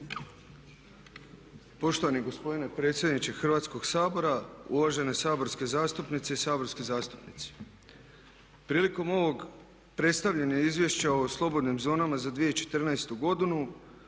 Poštovani gospodine predsjedniče Hrvatskog sabora. Uvažene saborske zastupnice i saborski zastupnici. Prilikom ovog predstavljanja Izvješća o slobodnim zonama za 2014.godinu